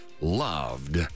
loved